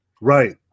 right